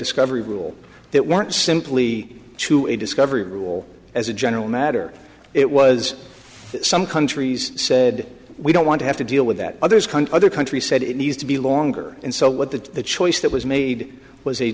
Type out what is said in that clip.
discovery rule that were simply to a discovery rule as a general matter it was some countries said we don't want to have to deal with that others cunt other countries said it needs to be longer and so what the the choice that was made was a